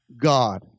God